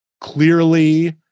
clearly